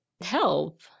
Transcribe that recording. help